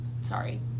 Sorry